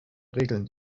regeln